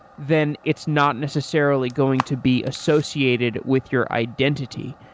then it's not necessarily going to be associated with your identity.